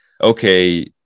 okay